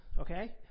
Okay